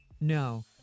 No